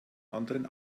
anderen